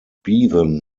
bevan